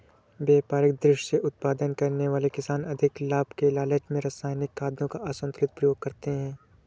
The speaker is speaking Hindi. व्यापारिक दृष्टि से उत्पादन करने वाले किसान अधिक लाभ के लालच में रसायनिक खादों का असन्तुलित प्रयोग करते हैं